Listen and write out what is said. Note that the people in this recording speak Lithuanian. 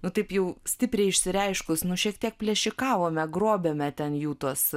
nu taip jau stipriai išsireiškus nu šiek tiek plėšikavome grobėme ten jų tuos